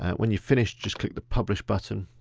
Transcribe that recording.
when you finish, just click the publish button.